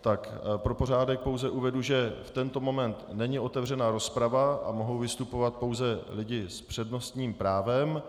Tak pro pořádek pouze uvedu, že v tento moment není otevřena rozprava a mohou vystupovat pouze lidé s přednostním právem.